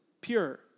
pure